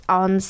on